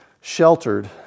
sheltered